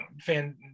fan